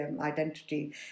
identity